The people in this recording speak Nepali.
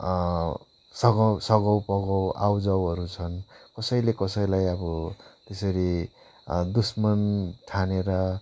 सघाउ सघाउ पघाउ आउ जाउहरू छन् कसैले कसैलाई अब त्यसरी दुस्मन ठानेर